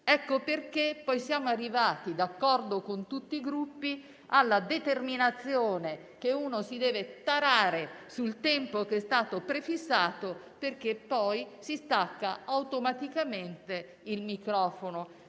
motivo per cui siamo arrivati, d'accordo con tutti i Gruppi, alla determinazione che ci si debba tarare sul tempo che è stato prefissato perché poi si spegne automaticamente il microfono.